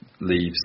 leaves